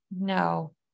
no